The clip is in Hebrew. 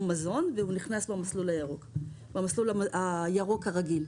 הוא מזון ונכנס במסלול הירוק הרגיל.